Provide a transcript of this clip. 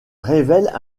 révèlent